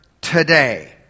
today